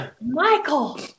michael